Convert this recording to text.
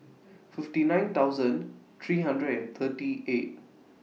fifty nine thousand three hundred and thirty eight